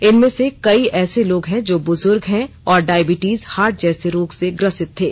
इनमें से कई ऐसे लोग हैं जो ब्रजूर्ग हैं और डायबिटीज हार्ट जैसे रोग से ग्रसित थे